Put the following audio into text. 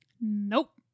nope